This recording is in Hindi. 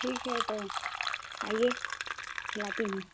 ठीक हे तो आइए खिलाती हूँ